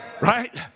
right